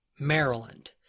maryland